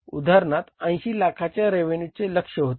उदाहरणार्थ 80 लाखांच्या रेवेन्यूचे लक्ष्य होते